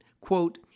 quote